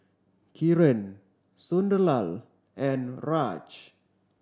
Kiran Sunderlal and Raj